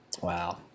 Wow